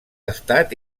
estat